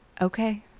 Okay